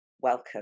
welcome